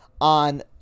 on